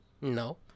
No